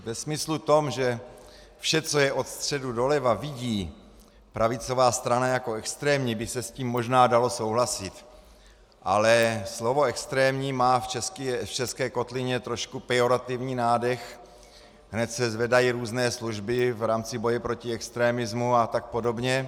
V tom smyslu, že vše, co je od středu doleva, vidí pravicová strana jako extrémní, by se s tím možná dalo souhlasit, ale slovo extrémní má v české kotlině trošku pejorativní nádech, hned se zvedají různé služby v rámci boje proti extremismu a tak podobně.